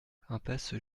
impasse